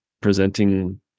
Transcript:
presenting